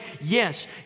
Yes